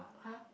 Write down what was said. !huh!